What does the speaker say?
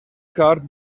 cart